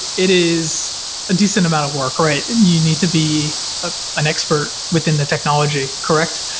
it is a decent amount of work, right? and you need to be ah an expert within the technology, correct?